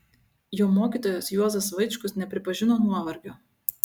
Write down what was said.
jo mokytojas juozas vaičkus nepripažino nuovargio